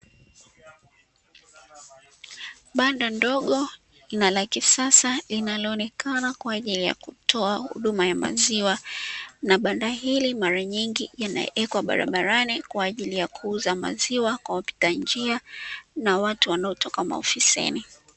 Banda ndogo na la kisasa, linaloonekana kwaajili ya kutoa huduma ya maziwa, na banda hili mara nyingi yanawekwa barabarani kwaajili ya kuuzwa maziwa kwa wapita njia na watu wanao toka maofisini.